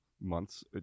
months